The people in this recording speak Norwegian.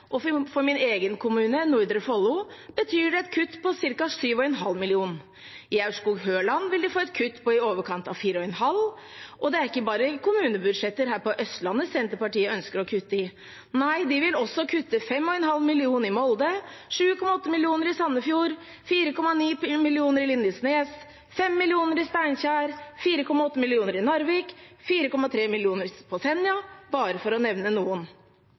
For min egen kommune, Nordre Follo, betyr det et kutt på ca. 7,5 mill. kr. I Aurskog-Høland vil de få et kutt på i overkant av 4,5 mill. kr. Og det er ikke bare kommunebudsjetter her på Østlandet Senterpartiet ønsker å kutte i, de vil også kutte 5,5 mill. kr i Molde, 7,8 mill. kr i Sandefjord, 4,9 mill. kr i Lindesnes, 5 mill. kr i Steinkjer, 4,8 mill. kr i Narvik, 4,3 mill. kr på Senja – bare for å nevne noen.